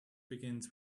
begins